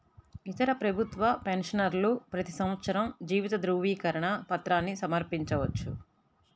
ఇతర ప్రభుత్వ పెన్షనర్లు ప్రతి సంవత్సరం జీవిత ధృవీకరణ పత్రాన్ని సమర్పించవచ్చు